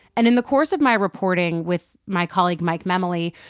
and in the course of my reporting with my colleague, mike memoli,